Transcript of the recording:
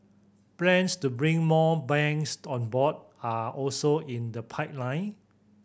plans to bring more banks on board are also in the pipeline